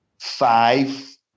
five